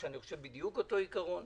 או בדיוק אותו עיקרון.